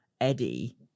Eddie